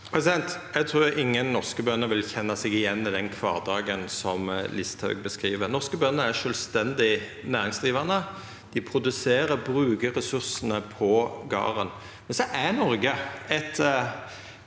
Eg trur ingen norske bønder vil kjenna seg igjen i den kvardagen Listhaug beskriv. Norske bønder er sjølvstendig næringsdrivande. Dei produserer og brukar ressursane på garden, men Noreg er eit